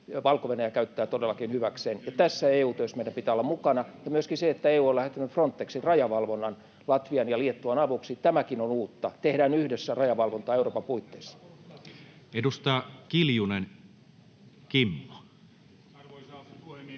Valko-Venäjä käyttää todellakin hyväkseen. Ja tässä EU-työssä meidän pitää olla mukana. EU on myöskin lähettänyt Frontexin rajavalvonnan Latvian ja Liettuan avuksi. Tämäkin on uutta: tehdään yhdessä rajavalvontaa Euroopan puitteissa. Edustaja Kiljunen, Kimmo. Arvoisa puhemies!